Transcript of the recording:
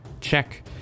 check